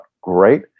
great